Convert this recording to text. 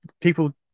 people